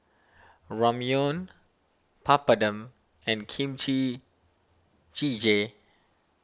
Ramyeon Papadum and Kimchi Jjigae